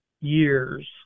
years